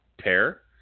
pair